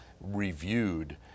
reviewed